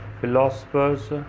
philosopher's